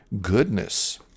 goodness